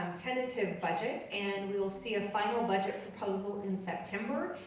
um tentative budget. and we'll see a final budget proposal in september.